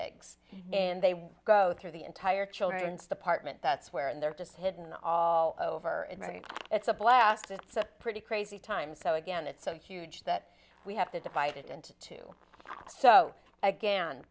eggs and they go through the entire children's department that's where they're just hidden all over it right it's a blast it's a pretty crazy time so again it's so huge that we have to divide it into two so again